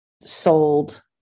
sold